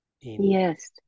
Yes